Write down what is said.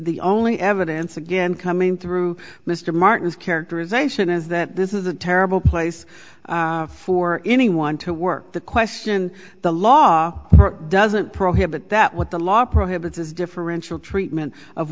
the only evidence again coming through mr martin's characterization is that this is a terrible place for anyone to work the question the law doesn't prohibit that what the law prohibits is differential treatment of